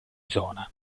zona